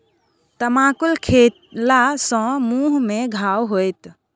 तमाकुल खेला सँ मुँह मे घाह होएत